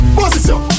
position